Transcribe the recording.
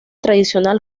tradicional